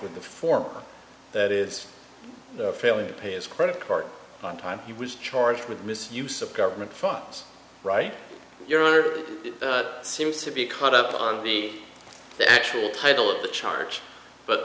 with a form that is failing to pay his credit card on time he was charged with misuse of government funds right there are seems to be caught up on the actual title of the charge but